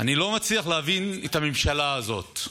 אני לא מצליח להבין את הממשלה הזאת.